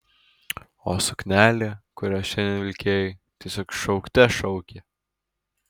o suknelė kurią šiandien vilkėjai tiesiog šaukte šaukė